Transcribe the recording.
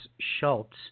Schultz